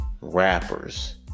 rappers